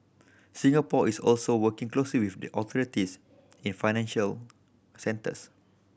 Singapore is also working closely with the authorities in financial centres